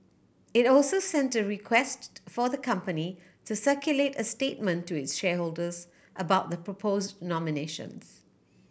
it also sent a request for the company to circulate a statement to its shareholders about the propose nominations